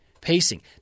pacing